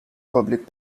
public